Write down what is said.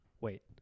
Wait